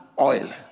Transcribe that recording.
oil